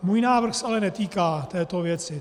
Můj návrh se ale netýká této věci.